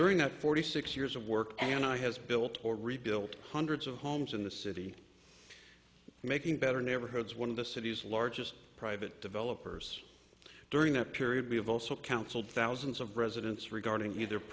during that forty six years of work and i has built or rebuilt hundreds of homes in the city making better neighborhoods one of the city's largest private developers during that period we have also counseled thousands of residents regarding either